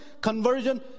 conversion